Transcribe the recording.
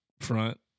front